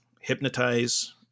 Hypnotize